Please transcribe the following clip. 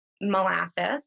molasses